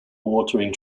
watering